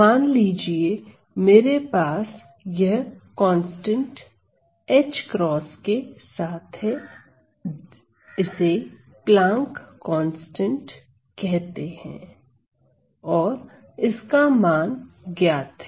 मान लीजिए मेरे पास यह कांस्टेंट h क्रॉस के साथ है इसे प्लांक कांस्टेंट Plancks constant कहते हैं और इसका मान ज्ञात है